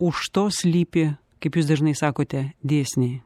už to slypi kaip jūs dažnai sakote dėsniai